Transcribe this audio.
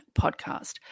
podcast